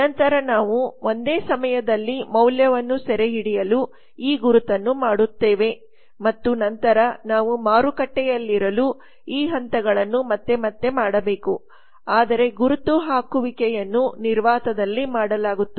ನಂತರ ನಾವು ಒಂದೇ ಸಮಯದಲ್ಲಿ ಮೌಲ್ಯವನ್ನು ಸೆರೆಹಿಡಿಯಲು ಈ ಗುರುತನ್ನು ಮಾಡುತ್ತೇವೆ ಮತ್ತು ನಂತರ ನಾವು ಮಾರುಕಟ್ಟೆಯಲ್ಲಿರಲು ಈ ಹಂತಗಳನ್ನು ಮತ್ತೆ ಮತ್ತೆ ಮಾಡಬೇಕು ಆದರೆ ಗುರುತು ಹಾಕುವಿಕೆಯನ್ನು ನಿರ್ವಾತದಲ್ಲಿ ಮಾಡಲಾಗುತ್ತದೆ